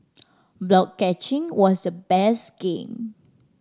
block catching was the best game